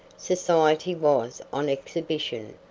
society was on exhibition,